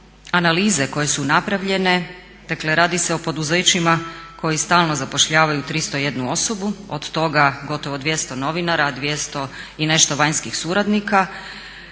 analize koje su napravljene, dakle radi se o poduzećima koja stalno zapošljavaju 301 osobu, od toga gotovo 200 novinara, a 200 i nešto vanjskih suradnika,